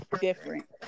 different